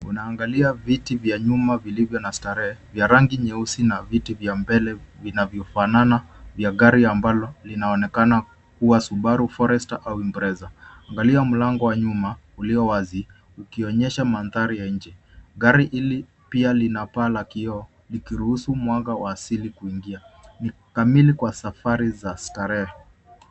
Una angalia viti vya nyuma vilivyo na starehe ya rangi nyeusi na viti vya mbele vinavyo fanana vya gari ambalo linaonekana kuwa Subaru Forester au Imprezza . Angalia mlango wa nyuma ulio wazi ukionyesha mandhari ya inje, gari hili pia lina paa la kioo ikiruhusu mwanga wa asili kuingia, ni kamili kwa safari za starehe.